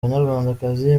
banyarwandakazi